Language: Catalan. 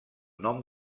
nom